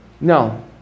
No